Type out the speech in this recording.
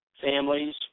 families